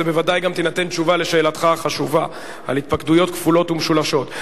ובוודאי גם תינתן תשובה על שאלתך החשובה על התפקדויות כפולות ומשולשות.